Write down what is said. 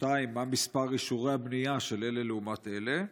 2. מה מספר אישורי הבנייה של אלה לעומת אלה?